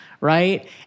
right